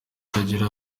atagira